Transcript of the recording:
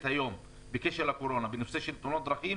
היום בקשר לקורונה בנושא של תאונות דרכים,